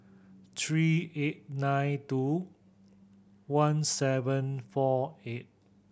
three eight nine two one seven four eight